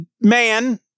man